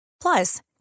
Plus